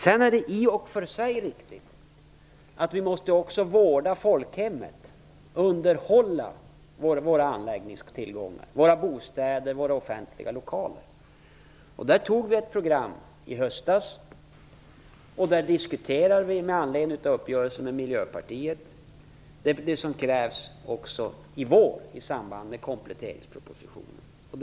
Det är i och för sig riktigt att vi också måste vårda folkhemmet, underhålla våra anläggningar, våra bostäder och offentliga lokaler. Vi tog fram ett program i höstas, och där diskuterar vi med anledning av uppgörelsen med Miljöpartiet vad som krävs i vår, i kompletteringspropositionen.